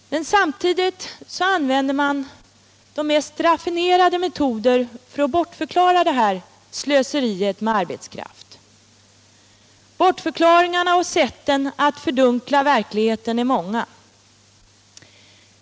Men samtidigt använder man de mest raffinerade metoder för att bortförklara detta slöseri med arbetskraft. Bortförklaringarna och sätten att fördunkla verkligheten är många.